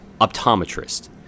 Optometrist